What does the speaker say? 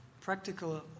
practical